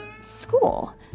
school